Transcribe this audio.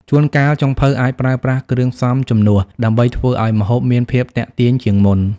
ជួនកាលចុងភៅអាចប្រើប្រាស់គ្រឿងផ្សំជំនួសដើម្បីធ្វើឲ្យម្ហូបមានភាពទាក់ទាញជាងមុន។